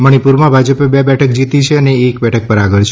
મણીપુરમાં ભાજપે બે બેઠક જીતી છે અને એક બેઠક પર આગળ છે